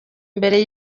mbere